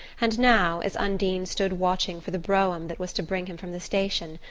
and now, as undine stood watching for the brougham that was to bring him from the station,